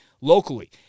locally